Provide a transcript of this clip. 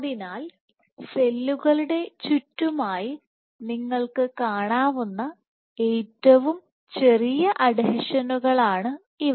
അതിനാൽ സെല്ലുകളുടെ ചുറ്റുമായി നിങ്ങൾക്ക് കാണാവുന്ന ഏറ്റവും ചെറിയ അഡ്ഹീഷനുകളാണ് ഇവ